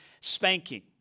spanking